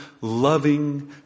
loving